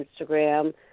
Instagram